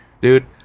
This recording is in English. Dude